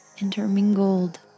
intermingled